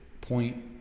point